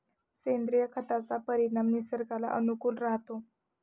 सेंद्रिय खताचा परिणाम निसर्गाला अनुकूल राहतो